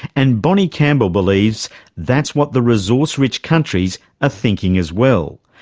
and bonnie campbell believes that's what the resource-rich countries are thinking as well.